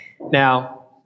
Now